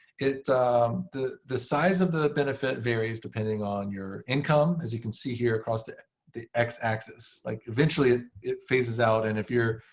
the the size of the benefit varies depending on your income, as you can see here across the the x-axis. like eventually it it phases out. and if you're